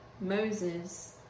Moses